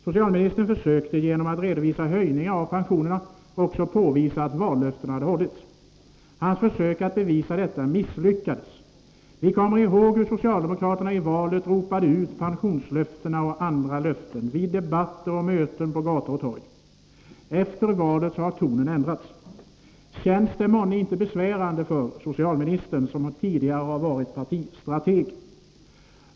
Socialministern försökte genom att redovisa höjningen av pensionerna också påvisa att vallöftena hade hållits. Hans försök att bevisa detta misslyckades. Vi kommer ihåg hur socialdemokraterna i valet ropade ut pensionslöftena och andra löften vid debatter och möten på gator och torg. Efter valet har tonen ändrats. Känns det inte besvärande för socialministern, som tidigare varit partistrateg?